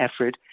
effort